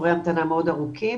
תורי ההמתנה מאוד ארוכים